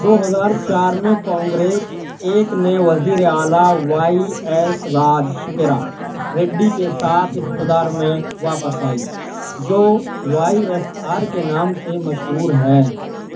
دو ہزار چار میں کانگریس ایک نئے وزیر اعلیٰ وائی ایس راج شیکھرا ریڈی کے ساتھ اقتدار میں واپس آئی جو وائی ایس آر کے نام سے مشہور ہے